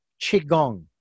Qigong